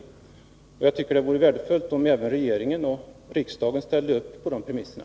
Jag tycker att det vore värdefullt om även regeringen och riksdagen ställde upp på de premisserna.